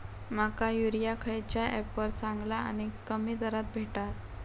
माका युरिया खयच्या ऍपवर चांगला आणि कमी दरात भेटात?